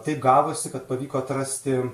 taip gavosi kad pavyko atrasti